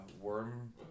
Worm